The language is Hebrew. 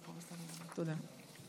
תודה.